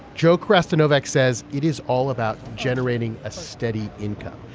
joe carastinovek says it is all about generating a steady income.